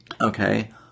Okay